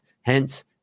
Hence